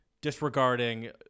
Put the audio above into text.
Disregarding